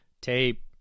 Tape